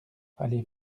allée